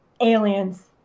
Aliens